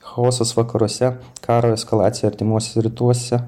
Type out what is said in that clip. chaosas vakaruose karo eskalacija artimuosiuose rytuose